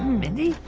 mindy.